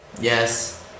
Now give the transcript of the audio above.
Yes